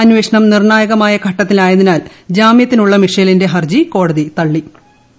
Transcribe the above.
അന്വേഷണം നിർണായകമായ ഘട്ടത്തിലായതിനാൽ ജാമൃത്തിനുള്ള മിഷേലിന്റെ ഹർജി കോടതി തള്ളിക്കളഞ്ഞു